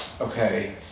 Okay